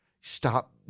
Stop